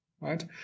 right